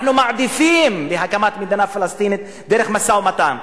אנחנו מעדיפים הקמת מדינה פלסטינית דרך משא-ומתן,